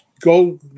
go